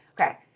Okay